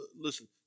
listen